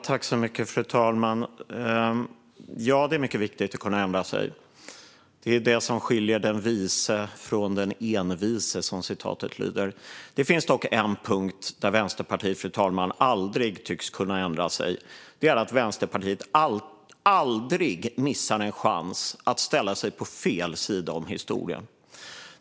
Fru talman! Ja, det är mycket viktigt att kunna ändra sig. Det är det som skiljer den vise från den envise, som citatet lyder. Det finns dock en punkt där Vänsterpartiet aldrig tycks kunna ändra sig, och det är att Vänsterpartiet aldrig missar en chans att ställa sig på fel sida av historien.